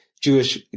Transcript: Jewish